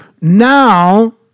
now